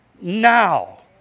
now